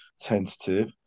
tentative